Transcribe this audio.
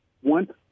one